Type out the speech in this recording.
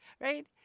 right